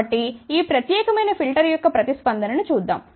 కాబట్టి ఈ ప్రత్యేకమైన ఫిల్టర్ యొక్క ప్రతిస్పందన ను చూద్దాం